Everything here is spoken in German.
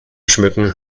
schmücken